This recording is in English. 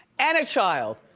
and a child.